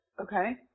okay